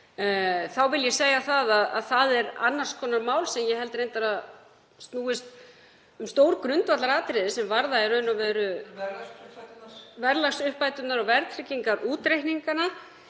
vil ég segja að það er annars konar mál sem ég held reyndar að snúist um stór grundvallaratriði sem varða (ÞKG: Verðlagsuppbæturnar.) verðlagsuppbæturnar og verðtryggingarútreikningana.